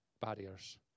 barriers